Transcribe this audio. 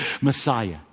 Messiah